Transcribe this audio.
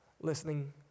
listening